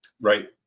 Right